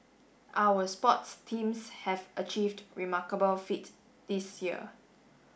our sports teams have achieved remarkable feat this year